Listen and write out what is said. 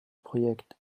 projekt